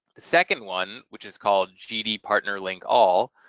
the second one, which is called gd partner link all,